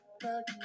back